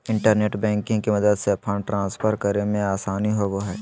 internet banking के मदद से फंड ट्रांसफर करे मे आसानी होवो हय